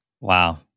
Wow